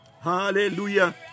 Hallelujah